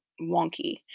wonky